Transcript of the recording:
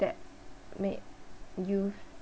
that make you